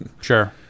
sure